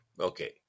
okay